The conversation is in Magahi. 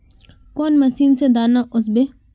कौन मशीन से दाना ओसबे?